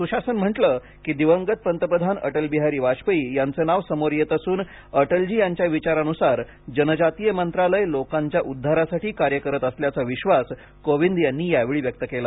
सुशासन म्हटलं की दिवंगत पंतप्रधान अटलबिहारी वाजपेयी यांचं नाव समोर येत असून अटलजी यांच्या विचारानुसार जनजातीय मंत्रालय लोकांच्या उद्धारासाठी कार्य करत असल्याचा विश्वास कोविंद यांनी यावेळी व्यक्त केला